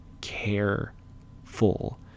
careful